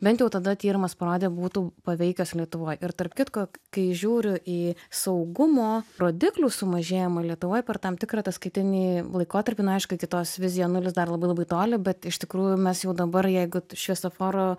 bent jau tada tyrimas parodė būtų paveikęs lietuvoj ir tarp kitko kai žiūriu į saugumo rodiklių sumažėjimą lietuvoj per tam tikrą ataskaitinį laikotarpį na aišku iki tos vizija nulis dar labai labai toli bet iš tikrųjų mes jau dabar jeigu šviesoforo